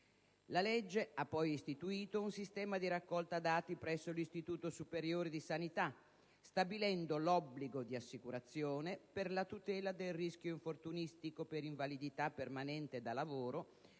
La legge ha poi istituito un sistema di raccolta dati presso l'Istituto superiore di sanità, stabilendo l'obbligo di assicurazione per la tutela del rischio infortunistico per invalidità permanente da lavoro